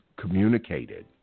Communicated